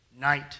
night